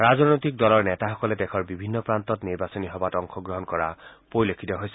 ৰাজনৈতিক দলৰ নেতাসকলে দেশৰ বিভিন্ন প্ৰস্তত নিৰ্বাচনী সভাত অংশগ্ৰহণ কৰা পৰিলক্ষিত হৈছে